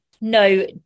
No